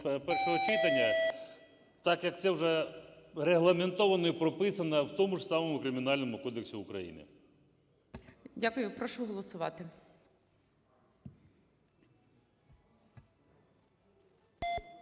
першого читання, так як це вже регламентовано і прописано в тому ж самому Кримінальному кодексі України. ГОЛОВУЮЧИЙ. Дякую. Прошу голосувати.